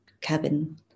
cabin